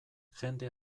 jende